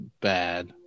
bad